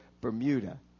Bermuda